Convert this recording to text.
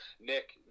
Nick